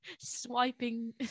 swiping